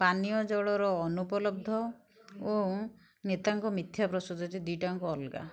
ପାନୀୟ ଜଳର ଅନୁପଲବ୍ଧ ଓ ନେତାଙ୍କ ମିଥ୍ୟା ଦୁଇଟା ଯାକ ଅଲଗା